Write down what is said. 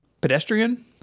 pedestrian